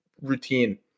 routine